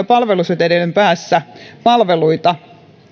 palveluseteleiden päässä palveluita